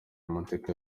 amateka